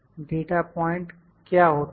data point क्या होते हैं